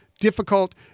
difficult